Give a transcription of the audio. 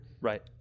right